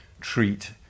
treat